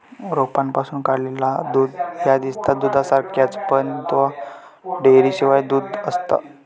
रोपांपासून काढलेला दूध ह्या दिसता दुधासारख्याच, पण ता डेअरीशिवायचा दूध आसता